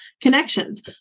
connections